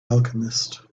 alchemist